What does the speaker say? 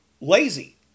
lazy